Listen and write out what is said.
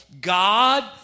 God